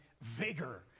vigor